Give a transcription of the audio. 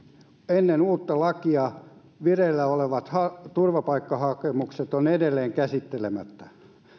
ennen uutta lakia vireillä olevat turvapaikkahakemukset ovat edelleen käsittelemättä